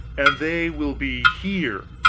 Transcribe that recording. and they will be here,